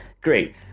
Great